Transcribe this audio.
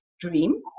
dream